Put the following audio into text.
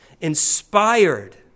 inspired